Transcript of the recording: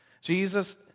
Jesus